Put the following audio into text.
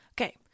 Okay